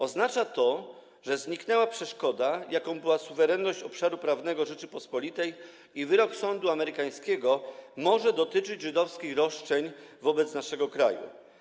Oznacza to, że zniknęła przeszkoda, jaką była suwerenność obszaru prawnego Rzeczypospolitej, i wyrok sądu amerykańskiego może dotyczyć żydowskich roszczeń wobec naszego kraju.